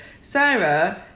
Sarah